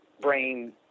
brain